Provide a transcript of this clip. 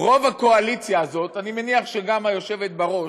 רוב הקואליציה הזאת, אני מניח שגם היושבת בראש,